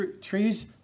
trees